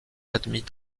admis